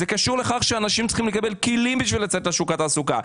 זה קשור לכך שאנשים צריכים לקבל כלים בשביל לצאת לשוק התעסוקה.